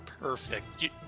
perfect